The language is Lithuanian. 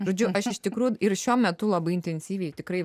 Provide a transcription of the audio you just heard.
žodžiu aš iš tikrųjų ir šiuo metu labai intensyviai tikrai